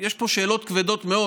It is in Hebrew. יש פה שאלות כבדות מאוד.